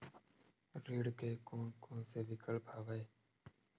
ऋण के कोन कोन से विकल्प हवय?